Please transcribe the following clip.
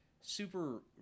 super –